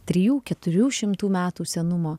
trijų keturių šimtų metų senumo